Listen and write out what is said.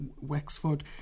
Wexford